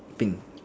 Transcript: pink